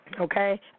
okay